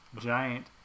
giant